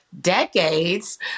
decades